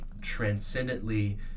transcendently